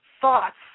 thoughts